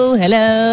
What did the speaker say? hello